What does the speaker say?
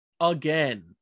again